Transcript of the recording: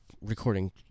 recording